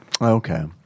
Okay